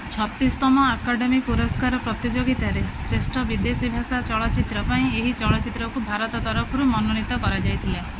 ଛତିଶି ତମ ଆକାଡ଼େମି ପୁରସ୍କାର ପ୍ରତିଯୋଗିତାରେ ଶ୍ରେଷ୍ଠ ବିଦେଶୀ ଭାଷା ଚଳଚ୍ଚିତ୍ର ପାଇଁ ଏହି ଚଳଚ୍ଚିତ୍ରକୁ ଭାରତ ତରଫରୁ ମନୋନୀତ କରାଯାଇଥିଲେ